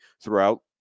throughout